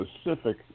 specific